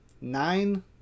Nine